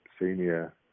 senior